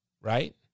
right